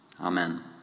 Amen